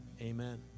Amen